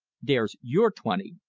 there's your twenty.